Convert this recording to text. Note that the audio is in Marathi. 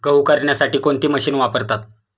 गहू करण्यासाठी कोणती मशीन वापरतात?